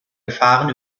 gefahren